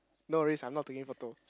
no worries I'm not taking photo